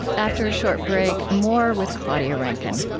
after a short break, more with claudia rankine.